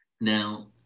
Now